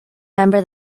member